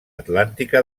atlàntica